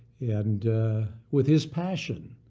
and with his passion.